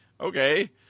Okay